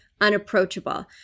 unapproachable